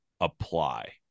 apply